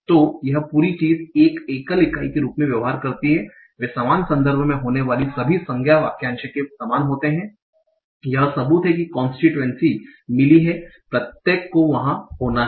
तो यह पूरी चीज एक एकल इकाई के रूप में व्यवहार करती है और वे समान संदर्भ में होने वाली सभी संज्ञा वाक्यांश के समान होते हैं यह सबूत है कि कांस्टीट्यूएंसी मिली है प्रत्येक को वहां होना है